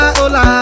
hola